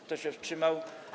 Kto się wstrzymał?